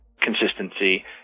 consistency